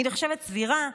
היא נחשבת סבירה,